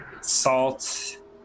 Salt